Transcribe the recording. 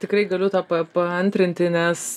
tikrai galiu tą pa paantrinti nes